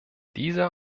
dieser